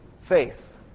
faith